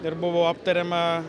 ir buvo aptariama